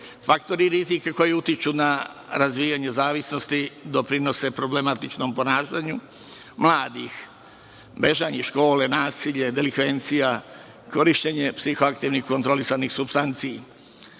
Faktori rizika koji utiču na razvijanje zavisnosti doprinose problematičnom ponašanju mladih, bežanje iz škole, nasilje, delikvencija, korišćenje psihoaktivnih kontrolisanih supstanci. Veća